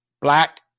Black